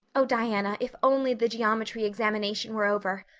oh, diana, if only the geometry examination were over!